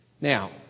Now